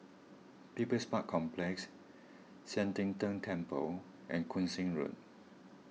People's Park Complex Sian Teck Tng Temple and Koon Seng Road